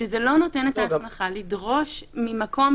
שזה סעיף שמדבר על הסמכות לאסור על פתיחה של עסק לקהל,